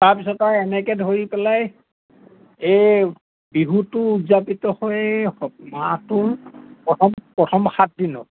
তাৰপিছত আৰু এনেকে ধৰি পেলাই এই বিহুটো উদযাপিত হৈ মাহটোৰ প্ৰথম প্ৰথম সাত দিনত